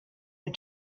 the